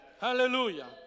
Hallelujah